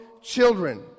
children